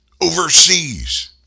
overseas